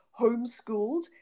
homeschooled